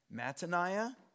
Mataniah